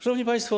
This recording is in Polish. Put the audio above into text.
Szanowni Państwo!